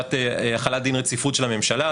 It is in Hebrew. בקשת החלת דין רציפות של הממשלה,